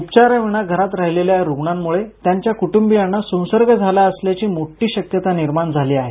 उपचारांविना घरात राहिलेल्या या रुग्णांमुळे त्यांच्या कुटुंबियांना संसर्ग झाला असल्याची मोठी शक्यता निर्माण झाली आहे